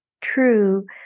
true